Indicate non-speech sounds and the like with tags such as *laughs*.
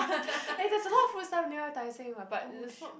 *laughs* eh there's a lot food stuff near Tai Seng what but it's not